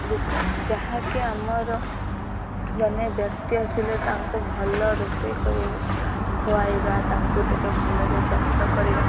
ରୂପ ଯାହାକି ଆମର ଜଣେ ବ୍ୟକ୍ତି ଆସିଲେ ତାଙ୍କୁ ଭଲ ରୋଷେଇ କରିବା ଖୁଆାଇବା ତାଙ୍କୁ ଟିକେ ଭଲରେ ଯତ୍ନ କରିବା